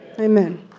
Amen